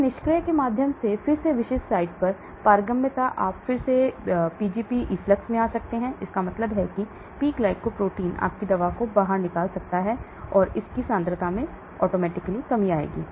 और फिर निष्क्रिय के माध्यम से फिर से विशिष्ट साइट पर पारगम्यता आप फिर से Pgp efflux में आ सकते हैं इसका मतलब है कि पी ग्लाइकोप्रोटीन आपकी दवा को बाहर फेंक सकता है और इससे इसकी सांद्रता में कमी आएगी